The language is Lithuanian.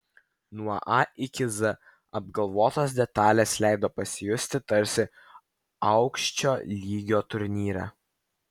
nuo a iki z apgalvotos detalės leido pasijusti tarsi aukščio lygio renginyje